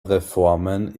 reformen